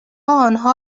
آنها